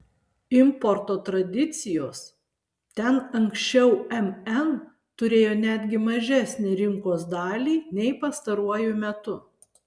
importo tradicijos ten anksčiau mn turėjo netgi mažesnę rinkos dalį nei pastaruoju metu